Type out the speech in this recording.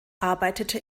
arbeitete